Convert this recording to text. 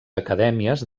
acadèmies